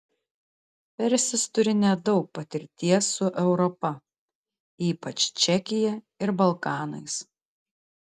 persis turi nedaug patirties su europa ypač čekija ir balkanais